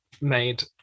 made